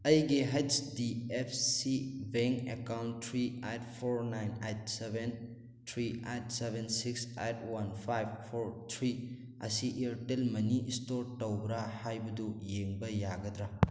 ꯑꯩꯒꯤ H D F C bank account three eight four nine eight seven three eight seven six eight one five four three ꯑꯁꯤ Airtel ꯃꯅꯤ store ꯇꯧꯕ꯭ꯔꯥ ꯍꯥꯏꯕꯗꯨ ꯌꯦꯡꯕ ꯌꯥꯒꯗ꯭ꯔꯥ